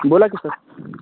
बोला का सर